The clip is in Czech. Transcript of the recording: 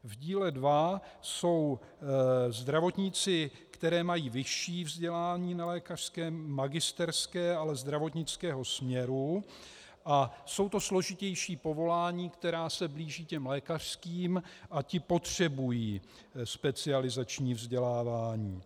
V díle 2 jsou zdravotníci, kteří mají vyšší vzdělání nelékařské, magisterské, ale zdravotnického směru a jsou to složitější povolání, která se blíží těm lékařským, a ti potřebují specializační vzdělávání.